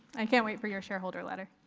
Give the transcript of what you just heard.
i can't wait for your shareholder letter.